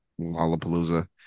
Lollapalooza